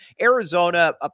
Arizona